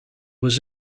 was